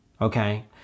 Okay